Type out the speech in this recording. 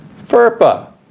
FERPA